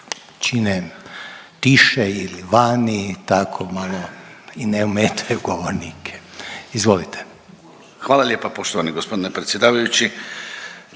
čine tiše ili vani, tako malo i ne ometaju govornike. Izvolite. **Dretar, Davor (DP)** Hvala lijepa poštovani gospodine predsjedavajući.